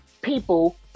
people